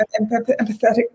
empathetic